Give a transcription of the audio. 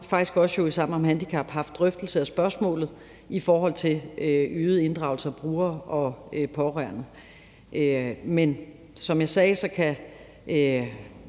faktisk også i Sammen om handicap haft drøftelser af spørgsmålet i forhold til øget inddragelse af brugere og pårørende. Men som jeg sagde, kan